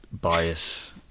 bias